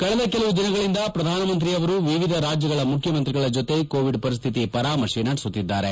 ಕಳೆದ ಕೆಲವು ದಿನಗಳಿಂದ ಪ್ರಧಾನಮಂತ್ರಿ ಅವರು ವಿವಿಧ ರಾಜ್ಯಗಳ ಮುಖ್ಯಮಂತ್ರಿಗಳ ಜೊತೆ ಕೋವಿಡ್ ಪರಿಸ್ಥಿತಿಯ ಪರಾಮರ್ಶೆ ನಡೆಸುತ್ತಿದ್ದಾರೆ